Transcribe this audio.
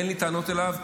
אין לי טענות אליו,